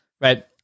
right